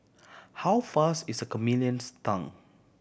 how fast is a chameleon's tongue